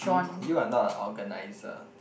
you you are not a organizer